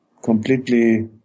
completely